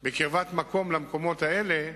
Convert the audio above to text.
בקרבת המקומות האלה,